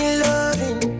loving